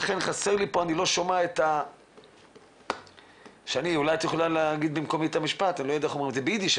לסל באופן חד פעמי והחלק השני הוחלט שישמש לפיילוט,